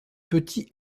petits